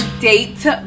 date